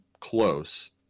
close